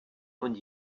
und